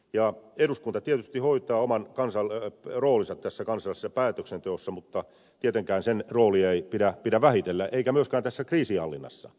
eduskunta tietysti hoitaa oman roolinsa tässä kansallisessa päätöksenteossa mutta tietenkään sen roolia ei pidä vähätellä tässä eikä myöskään tässä kriisinhallinnassa